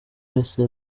wese